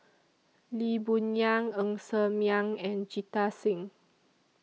Lee Boon Yang Ng Ser Miang and Jita Singh